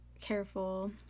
careful